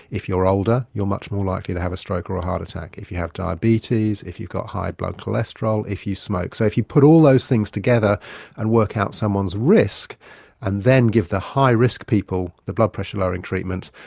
if you're older you are much more likely to have a stroke or a heart attack, if you have diabetes, if you've got high blood cholesterol, if you smoke. so if you put all those things together and work out someone's risk and then give the high risk people the blood pressure lowering treatments,